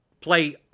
play